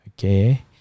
okay